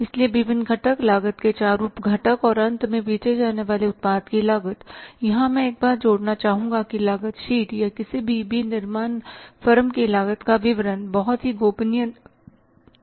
इसलिए विभिन्न घटक लागत के चार उप घटक और अंत में बेचे जाने वाले उत्पाद की लागत यहां मैं एक बात जोड़ना चाहूँगा कि लागत शीट या किसी भी विनिर्माण फर्म की लागत का विवरण बहुत ही गोपनीय दस्तावेज़ है